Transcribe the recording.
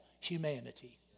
humanity